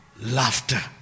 laughter